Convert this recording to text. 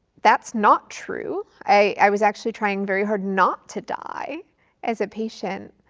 that's not true, i was actually trying very hard not to die as a patient